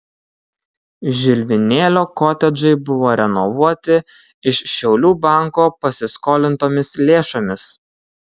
žilvinėlio kotedžai buvo renovuoti iš šiaulių banko pasiskolintomis lėšomis